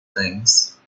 things